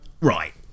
Right